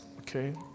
Okay